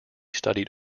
studied